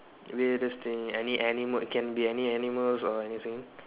weirdest thing any animal it can be any animals or anything